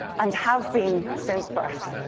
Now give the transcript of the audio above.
and have been since birth,